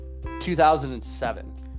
2007